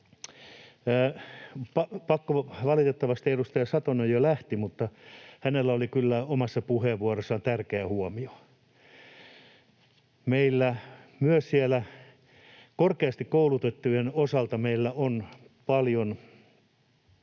Valitettavasti edustaja Satonen jo lähti, mutta hänellä oli kyllä omassa puheenvuorossaan tärkeä huomio. Meillä on myös korkeasti koulutettujen osalta paljon